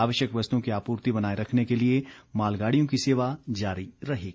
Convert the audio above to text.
आवश्यक वस्तुओं की आपूर्ति बनाए रखने के लिए मालगाडियों की सेवा जारी रहेगी